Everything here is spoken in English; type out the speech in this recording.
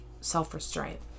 self-restraint